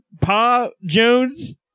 pa-jones